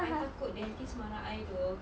I takut dentist marah I though